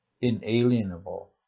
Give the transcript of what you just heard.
inalienable